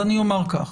אז אני אומר כך,